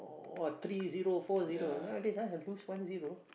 all three zero four zero nowadays ah can lose one zero